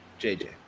jj